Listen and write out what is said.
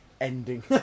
ending